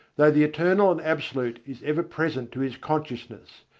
though the eternal and absolute is ever present to his consciousness,